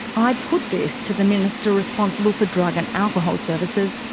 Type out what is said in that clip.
i put this to the minister responsible for drug and alcohol services,